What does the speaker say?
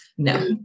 No